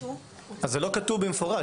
אז זה לא כתוב במפורש,